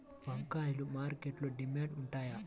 వంకాయలు మార్కెట్లో డిమాండ్ ఉంటాయా?